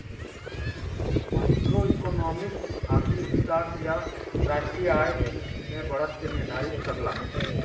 macroeconomics आर्थिक विकास या राष्ट्रीय आय में बढ़त के निर्धारित करला